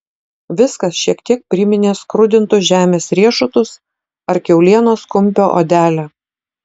viskas šiek tiek priminė skrudintus žemės riešutus ar kiaulienos kumpio odelę